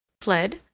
Fled